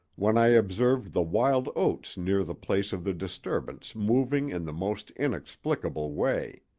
when i observed the wild oats near the place of the disturbance moving in the most inexplicable way.